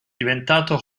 diventato